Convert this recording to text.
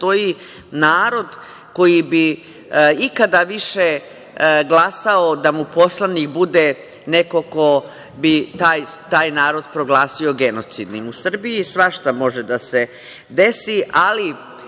postoji narod koji bi ikada više da mu poslanik bude neko ko bi taj narod proglasio genocidnim.U Srbiji svašta može da se desi. Radi